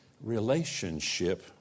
relationship